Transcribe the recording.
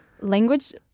language